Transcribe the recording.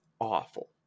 awful